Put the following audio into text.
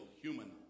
human